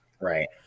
right